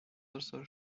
also